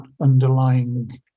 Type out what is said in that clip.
underlying